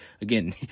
again